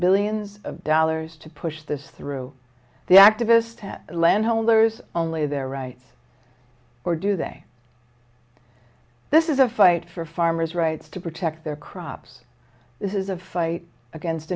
billions of dollars to push this through the activist land holders only their rights or do they say this is a fight for farmers rights to protect their crops this is a fight against